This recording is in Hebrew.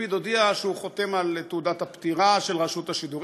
ולפיד הודיע שהוא חותם על תעודת הפטירה של רשות השידור.